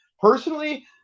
personally